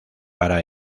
para